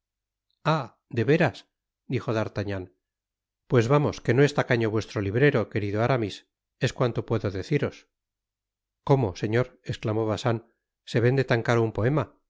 de veras dijo d'artagnan pues vamos que no es tacaño vuestro tibrero querido aramis es cuanto puedo deciros como señor esclamó bacin se vende tan caro un poema